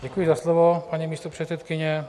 Děkuji za slovo, paní místopředsedkyně.